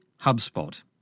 HubSpot